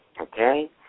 okay